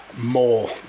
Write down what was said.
more